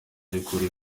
by’ukuri